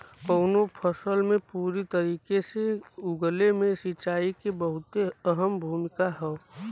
कउनो फसल के पूरी तरीके से उगले मे सिंचाई के बहुते अहम भूमिका हौ